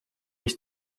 ich